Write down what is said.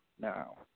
now